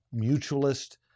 mutualist